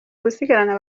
gusigarana